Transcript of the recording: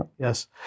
Yes